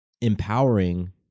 empowering